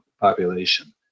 population